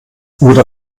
oder